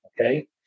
okay